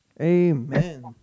Amen